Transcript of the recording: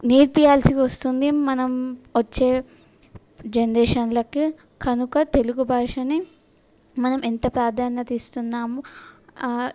నేర్పియాల్సి వస్తుంది మనం వచ్చే జనరేషన్లకి కనుక తెలుగుని మనం ఎంత ప్రాధాన్యత ఇస్తున్నామో